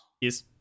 Yes